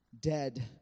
dead